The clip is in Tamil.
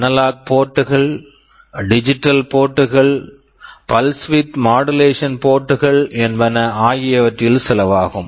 அனலாக் போர்ட்கள்analog ports டிஜிட்டல் போர்ட்கள்digital ports பல்ஸ் விட்த் மாடுலேஷன் போர்ட்கள் pulse width modulation ports என்பன அவற்றில் சிலவாகும்